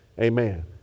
Amen